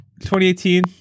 2018